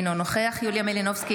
אינו נוכח יוליה מלינובסקי,